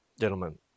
gentlemen